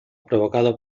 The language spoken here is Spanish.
provocado